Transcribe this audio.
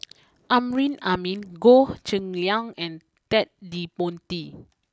Amrin Amin Goh Cheng Liang and Ted De Ponti